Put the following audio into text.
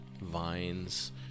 vines